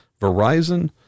Verizon